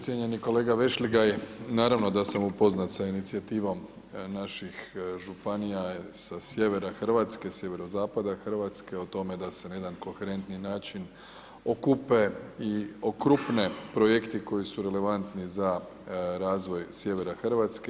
Cijenjeni kolega Vešligaj, naravno da sam upoznat sa inicijativom naših županija sa sjevera Hrvatske, sjeverozapada Hrvatske o tome da se na jedan konkretniji način okupe i okrupne projekti koji su relevantni za razvoj sjevera Hrvatske.